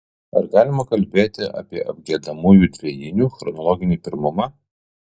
ar galima kalbėti apie apgiedamųjų dvejinių chronologinį pirmumą